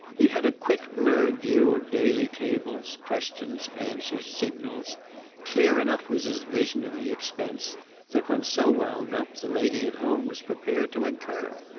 he had a quick blurred view of daily cables, questions, answers, signals clear enough was his vision of the expense that, when so wound up, the lady at home was prepared to incur.